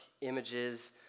images